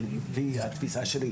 לפי התפיסה שלי.